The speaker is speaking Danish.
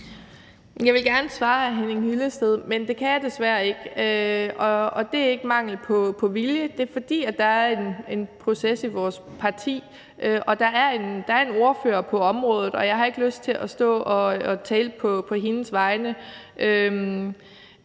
Jeg ville gerne svare hr. Henning Hyllested, men det kan jeg desværre ikke. Det skyldes ikke mangel på vilje. Det er, fordi der er en proces i vores parti og der er en ordfører på området. Jeg har ikke lyst til at stå og tale på hendes vegne,